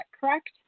correct